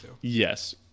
Yes